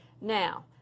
now